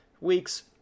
weeks